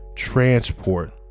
transport